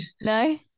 no